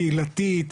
קהילתית,